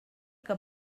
que